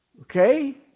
Okay